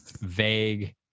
vague